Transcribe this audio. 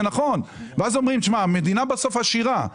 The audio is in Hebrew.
ואז אומרים בסוף שהמדינה עשירה.